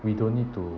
we don't need to